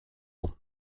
ans